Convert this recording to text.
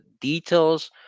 details